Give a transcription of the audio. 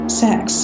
sex